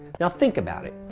now think about it.